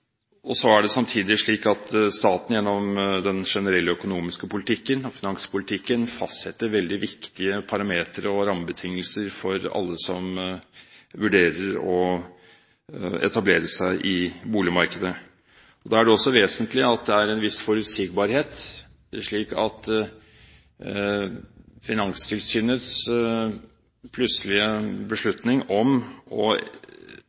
Så er det samtidig slik at staten gjennom den generelle økonomiske politikken og finanspolitikken fastsetter veldig viktige parametre og rammebetingelser for alle som vurderer å etablere seg i boligmarkedet. Da er det også vesentlig at det er en viss forutsigbarhet. Finanstilsynets plutselige beslutning om å